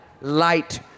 light